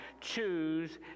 choose